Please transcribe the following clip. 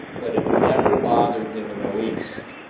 but it never bothered him in the least.